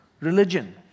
religion